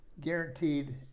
guaranteed